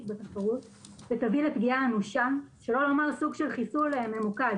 בתחרות ותביא לפגיעה אנושה שלא לומר סוג של חיסול ממוקד